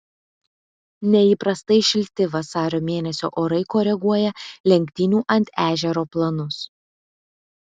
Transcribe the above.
neįprastai šilti vasario mėnesiui orai koreguoja lenktynių ant ežero planus